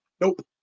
Nope